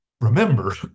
remember